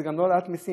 זו גם לא העלאת מיסים.